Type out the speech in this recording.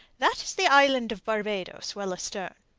that is the island of barbados well astern.